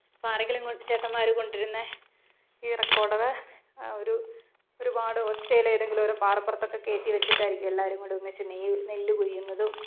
ഇപ്പോൾ ആരെങ്കിലും ഇങ്ങോട്ട് ചേട്ടന്മാർ കൊണ്ടുവരുന്ന ഈ റെക്കോർഡറ് ഒരു ഒരുപാട് ഒച്ചയിൽ ഏതെങ്കിലൊരു പാറപ്പുറത്തൊക്കെ കയറ്റി വെച്ചിട്ടായിരിക്കും എല്ലാവരും കൂടി ഒന്നിച്ച് നെല്ല് കൊയ്യുന്നതും